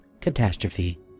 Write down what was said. catastrophe